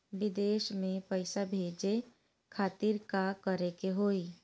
विदेश मे पैसा भेजे खातिर का करे के होयी?